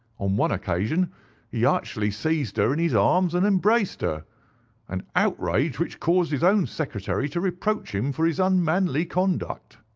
on one occasion he actually seized her in his arms and embraced her an outrage which caused his own secretary to reproach him for his unmanly conduct